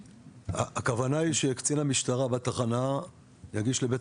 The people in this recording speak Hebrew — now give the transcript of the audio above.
הכוונה היא שקצין המשטרה בתחנה יגיש לבית